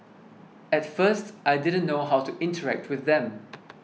at first I didn't know how to interact with them